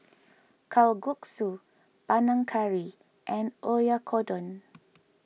Kalguksu Panang Curry and Oyakodon